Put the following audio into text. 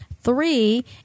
Three